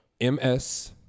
M-S